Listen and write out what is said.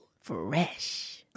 Fresh